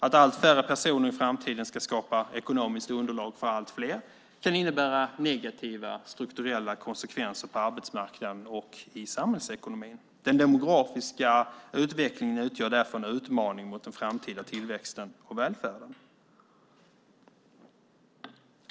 Att allt färre personer i framtiden ska skapa ekonomiskt underlag för allt fler kan innebära negativa strukturella konsekvenser på arbetsmarknaden och i samhällsekonomin. Den demografiska utvecklingen utgör därför en utmaning för den framtida tillväxten och välfärden.